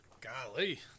Golly